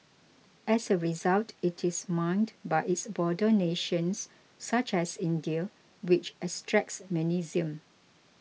as a result it is mined by its border nations such as India which extracts magnesium